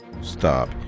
stop